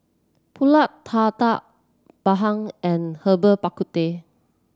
pulut tatal bandung and Herbal Bak Ku Teh